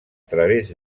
través